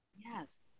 Yes